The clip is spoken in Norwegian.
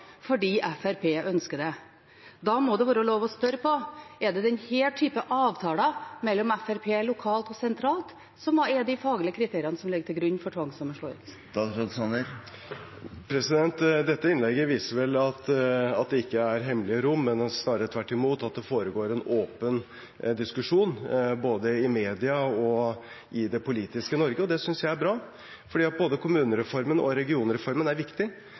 fordi Fremskrittspartiet ønsker det. Da må det være lov å spørre: Er det denne typen avtaler mellom Fremskrittspartiet lokalt og sentralt som er de faglige kriteriene som ligger til grunn for tvangssammenslåing? Dette innlegget viser vel at det ikke er hemmelige rom, men snarere tvert imot at det foregår en åpen diskusjon både i media og i det politiske Norge. Det synes jeg er bra, for både kommunereformen og regionreformen er viktig,